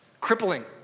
Crippling